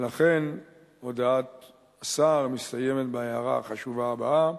ולכן הודעת השר מסתיימת בהערה החשובה הבאה: